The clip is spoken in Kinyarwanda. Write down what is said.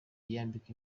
yambika